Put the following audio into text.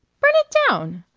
burn it down!